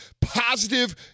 positive